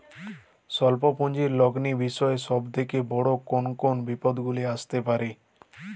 স্বল্প পুঁজির লগ্নি বিষয়ে সব থেকে বড় কোন কোন বিপদগুলি আসতে পারে?